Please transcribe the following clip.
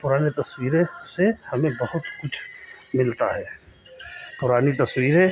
पुराने तस्वीरों से हमें बहुत कुछ मिलता है पुरानी तस्वीरें